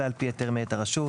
אלא על פי היתר מאת הרשות.